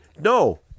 no